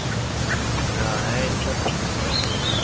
ᱟᱪᱪᱷᱟ ᱦᱮᱸ ᱤᱧ ᱫᱚ